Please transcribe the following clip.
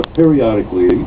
periodically